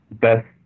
best